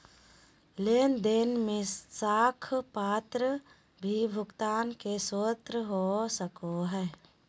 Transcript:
लेन देन में साख पत्र भी भुगतान के स्रोत हो सको हइ